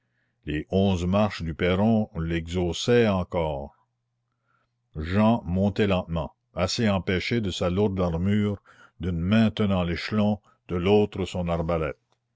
les onze marches du perron l'exhaussaient encore jehan montait lentement assez empêché de sa lourde armure d'une main tenant l'échelon de l'autre son arbalète